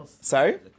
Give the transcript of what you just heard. Sorry